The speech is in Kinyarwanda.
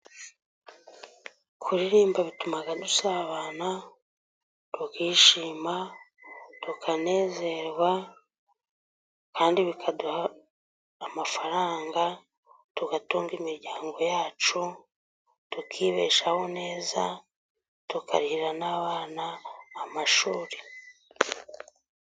Kuririmba bituma dusabana, tukishima, tukanezerwa kandi bikaduha amafaranga tugatunga imiryango yacu ,tukibeshaho neza ,tukarihira n'abana amashuri.